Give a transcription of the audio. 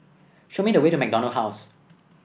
show me the way to MacDonald House